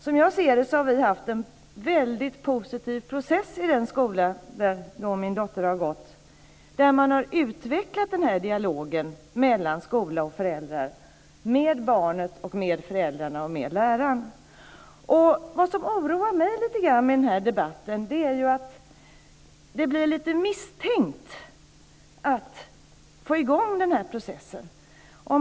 Som jag ser det har vi haft en väldigt positiv process i den skola där min dotter har gått. Där har man utvecklat dialogen mellan skola och föräldrar - med barnet, med föräldrarna och med läraren. Vad som oroar mig lite grann med den här debatten är att det blir lite misstänkt att få i gång processen.